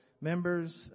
members